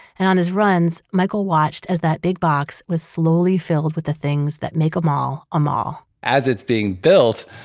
and on his runs, michael watched as that big box was slowly filled with the things that make a mall a mall. as it's being built,